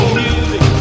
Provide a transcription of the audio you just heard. music